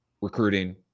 recruiting